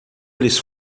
eles